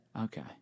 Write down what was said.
Okay